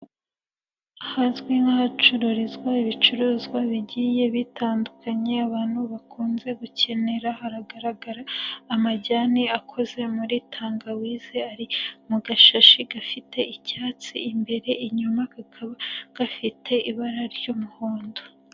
Ahazwi nk'ahacururizwa ibicuruzwa bigiye bitandukanye abantu bakunze gukenera, hagaragara amajyane akoze muri tangawize ari mu gashashi gafite icyatsi imbere inyuma kakaba gafite ibara ry'umuhondo.